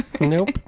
Nope